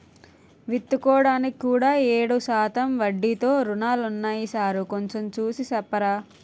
విత్తుకోడానికి కూడా ఏడు శాతం వడ్డీతో రుణాలున్నాయా సారూ కొంచె చూసి సెప్పరా